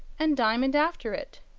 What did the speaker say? and diamond after it.